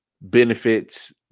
benefits